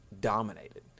dominated